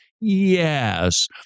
Yes